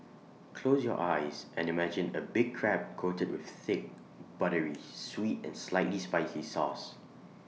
close your eyes and imagine A big Crab coated with thick buttery sweet and slightly spicy sauce